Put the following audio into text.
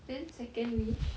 then second wish